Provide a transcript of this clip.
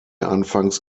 anfangs